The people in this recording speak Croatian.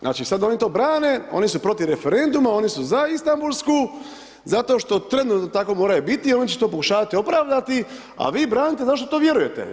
Znači sad oni to brane, oni su protiv referenduma, oni su za istambulsku, zato što trenutno tako moraju biti a on će to pokušavati opravdati a vi branite zašto to vjerujete.